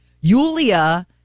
Yulia